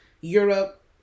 Europe